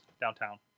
downtown